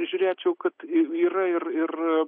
įžiūrėčiau kad yra ir ir